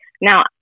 Now